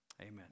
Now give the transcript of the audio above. amen